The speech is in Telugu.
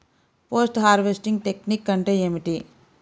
పోస్ట్ హార్వెస్టింగ్ టెక్నిక్ అంటే ఏమిటీ?